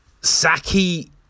Saki